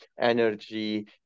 energy